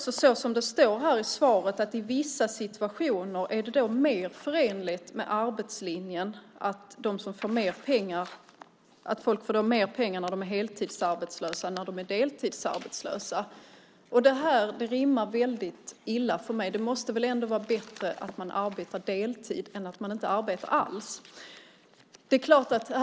Som det står i svaret är det i vissa situationer mer förenligt med arbetslinjen att människor får mer pengar när de är heltidsarbetslösa än när de är deltidsarbetslösa. Detta rimmar väldigt illa för mig. Det måste väl ändå vara bättre att arbeta deltid än att inte alls arbeta.